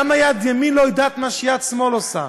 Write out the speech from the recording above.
למה יד ימין לא יודעת מה שיד שמאל עושה?